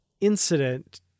incident